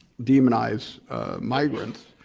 demonize migrants.